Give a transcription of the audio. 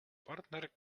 partner